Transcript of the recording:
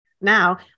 Now